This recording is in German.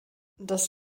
das